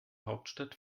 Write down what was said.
hauptstadt